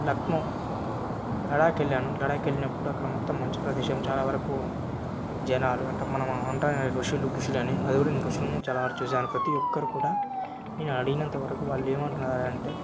లక్నో లడాక్ వెళ్ళాను లాడాక్కెళ్ళినప్పుడు అక్కడ మొత్తం మంచు ప్రదేశం చాలా వరకు జనాలు అంటే మనము అంటామే ఋషులు గిషులని అది కూడా నేను ఋషులు చాలా వరకు చూశాను ప్రతి ఒక్కరు కూడా నేను అడిగినంతవరకు వాళ్ళేమంటున్నారంటే